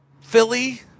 Philly